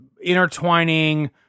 intertwining